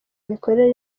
mikorere